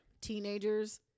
Teenagers